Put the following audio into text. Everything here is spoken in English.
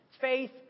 Faith